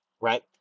right